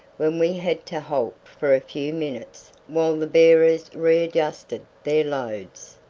when we had to halt for a few minutes while the bearers readjusted their loads.